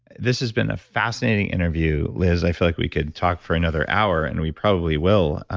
this has been a fascinating interview liz. i feel like we could talk for another hour and we probably will,